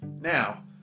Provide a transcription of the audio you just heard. Now